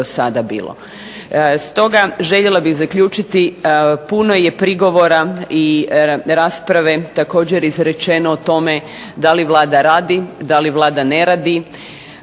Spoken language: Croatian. Stoga, željela bih zaključiti puno je prigovora i rasprave također izrečeno o tome da li Vlada radi, da li Vlada ne radi.